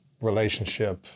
relationship